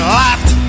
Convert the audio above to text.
laughed